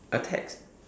a text